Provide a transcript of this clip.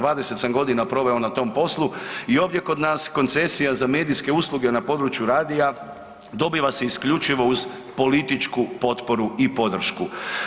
20 sam godina proveo na tom poslu i ovdje kod nas koncesija za medijske usluge na području radija dobiva se isključivo uz političku potporu i podršku.